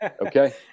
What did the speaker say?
Okay